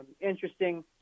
Interesting